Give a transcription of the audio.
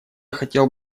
хотел